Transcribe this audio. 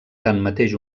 tanmateix